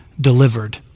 delivered